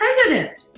president